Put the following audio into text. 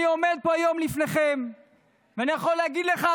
אני עומד פה היום לפניכם ואני יכול להגיד לך,